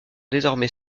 désormais